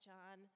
John